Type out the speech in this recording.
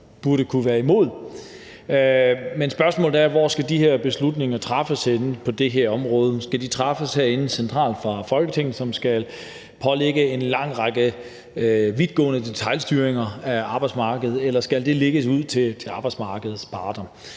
burde kunne være imod. Men spørgsmålet er: Hvor skal de her beslutninger på det her område træffes henne? Skal de træffes herindefra centralt i Folketinget, som skal pålægge en lang række vidtgående detailstyringer af arbejdsmarkedet, eller skal det lægges ud til arbejdsmarkedets parter?